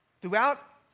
Throughout